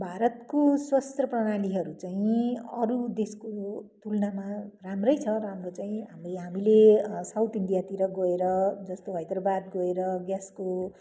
भारतको स्वास्थ्य प्रणालीहरू चाहिँ अरू देशको तुलनामा राम्रै छ राम्रो चाहिँ हामीले साउथ इन्डियातिर गएर जस्तो हैदराबाद गएर ग्यासको